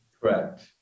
Correct